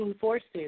forces